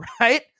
right